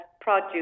produce